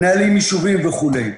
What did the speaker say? מנהלי יישובים וכו'.